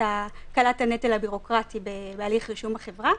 הקלת הנטל הביורוקרטי בהליך רישום החברה,